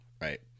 right